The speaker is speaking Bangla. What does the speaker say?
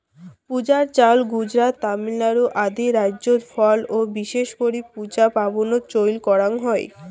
পূজার চাউল গুজরাত, তামিলনাড়ু আদি রাইজ্যত ফল ও বিশেষ করি পূজা পার্বনত চইল করাঙ হই